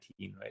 right